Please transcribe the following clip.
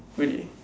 really